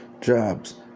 jobs